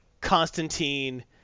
Constantine